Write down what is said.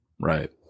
Right